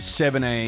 17